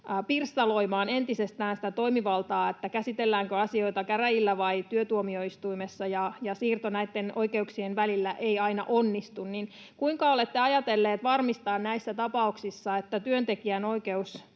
pirstaloimaan entisestään sitä toimivaltaa, käsitelläänkö asioita käräjillä vai työtuomioistuimessa, ja siirto näitten oikeuksien välillä ei aina onnistu. Kuinka olette ajatelleet varmistaa näissä tapauksissa, että työntekijän oikeus